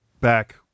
back